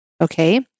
okay